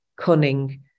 cunning